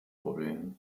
probleme